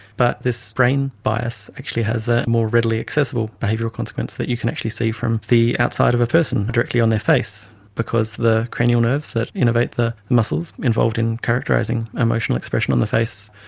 but this brain bias actually has a more readily accessible behavioural consequence that you can actually see from the outside of a person, directly on their face, because the cranial nerves that innovate the muscles involved in characterising emotional expression on the face,